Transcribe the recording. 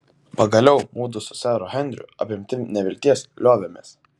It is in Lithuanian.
pagaliau mudu su seru henriu apimti nevilties liovėmės